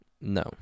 No